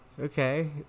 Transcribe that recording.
okay